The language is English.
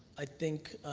i think,